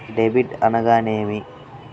Debit అనగానేమి?